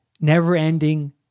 never-ending